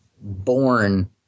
born